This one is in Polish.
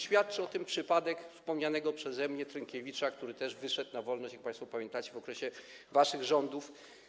Świadczy o tym przypadek wspomnianego przeze mnie Trynkiewicza, który też wyszedł, jak państwo pamiętacie, w okresie waszych rządów.